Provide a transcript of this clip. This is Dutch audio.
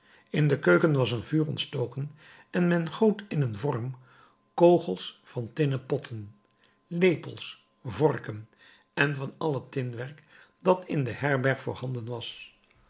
in de keuken was een vuur ontstoken en men goot in een vorm kogels van tinnen potten lepels vorken en van al het tinwerk dat in de herberg voorhanden was